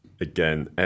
Again